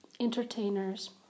entertainers